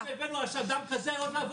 אתם צריכים להיזהר בדבריכם, אתם עלולים